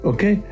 Okay